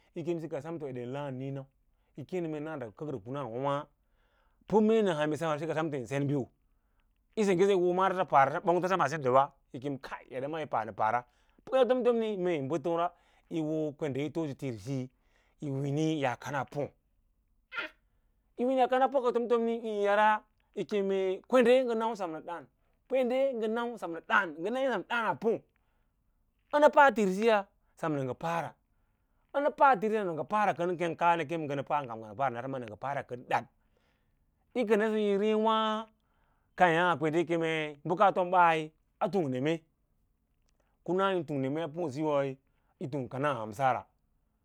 Yi kem samto eda yin laãn niĩnau yi keẽ nə mee na ndə kək ro kunawâwa pə mee nən han yi semraw yin sen ɓiu yisengge sə yi hoo mara ndə paꞌara ɓongto semaa sindawa. Kai eda maa yi panə paꞌara yi ho kwende yi toosə tirisiyi yí wīni aakana pô. Aa yi yaa kana po’ ka tomtomní yi yar kwende ngə nau sam nə doá’n, kwende ngə nau sam nə dǎǎn ngə nay sam nə dǎǎn pô, ənə pa tirisiya sam nə ngə pa̱ꞌara, ənə paa tirisiya sam, nə ngə paꞌara keng kaa nə ngə paꞌa ngə kem ngə nə paꞌara hən ɗad yi kənasə yi něě wâ keẽyâ kwende yi kemei bəka tomba waã a tung neme, kuna yi tung nema pǒsiyoi yi tung kana hansara.